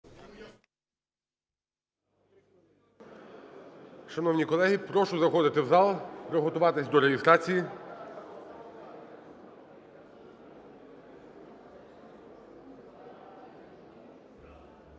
Шановні колеги, прошу заходити в зал, приготуватись до реєстрації. Отже, готові